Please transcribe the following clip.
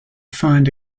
find